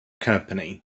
company